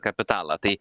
kapitalą tai